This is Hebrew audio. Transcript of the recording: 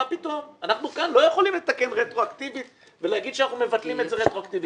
לא יכולים לתקן רטרואקטיבית ולומר שמבטלים את זה רטרואקטיבית